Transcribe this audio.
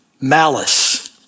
malice